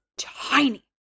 Tiny